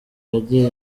yagiye